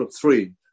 three